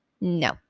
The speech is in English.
No